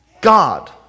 God